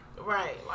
Right